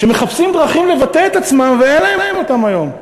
שמחפשים דרכים לבטא את עצמם ואין להם אותן היום.